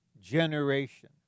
generation